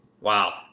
Wow